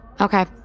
okay